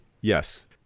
Yes